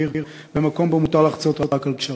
המהיר במקום שבו מותר לחצות רק על גשרים.